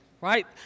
right